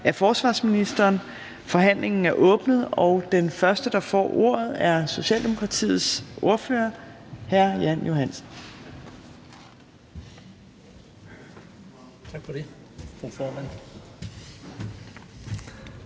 (Trine Torp): Forhandlingen er åbnet. Og den første, der får ordet, er Socialdemokratiets ordfører, hr. Jan Johansen.